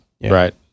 right